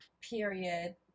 Period